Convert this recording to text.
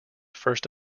first